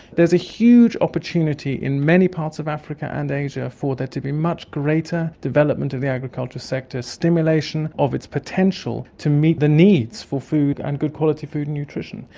there is a huge opportunity in many parts of africa and asia for there to be much greater development of the agriculture sector, stimulation of its potential to meet the needs for food and good quality food and nutrition,